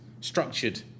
structured